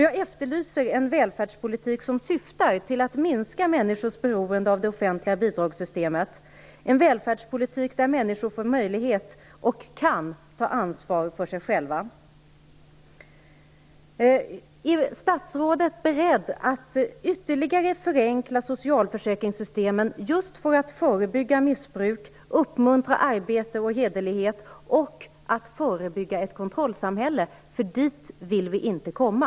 Jag efterlyser en välfärdspolitik som syftar till att minska människors beroende av det offentliga bidragssystemet; en välfärdspolitik där människor får möjlighet att, och kan, ta ansvar för sig själva. Är statsrådet beredd att ytterligare förenkla socialförsäkringssystemen för att förebygga missbruk, för att uppmuntra till arbete och hederlighet och för att förebygga ett kontrollsamhälle dit vi inte vill komma?